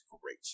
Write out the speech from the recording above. great